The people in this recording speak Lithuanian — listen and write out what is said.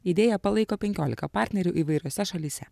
idėją palaiko penkiolika partnerių įvairiose šalyse